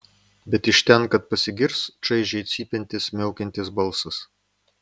bet iš ten kad pasigirs šaižiai cypiantis miaukiantis balsas